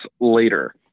later